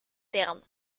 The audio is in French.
terme